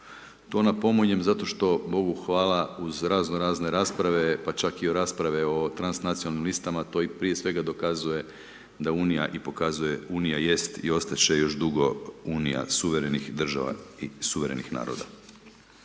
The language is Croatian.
To napominjem zato što, Bogu hvala, uz razno razne rasprave, pa čak i rasprave od transnacionalnim listama to i prije svega dokazuje da Unija i pokazuje, Unija jest i ostat će još dugo Unija suverenih država i suverenih naroda.